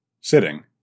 sitting